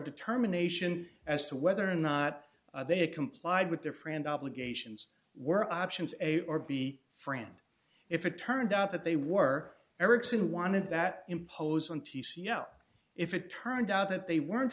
determination as to whether or not they had complied with their friend obligations were options a or b friend if it turned out that they were erickson wanted that imposed on t c l if it turned out that they weren't